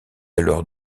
alors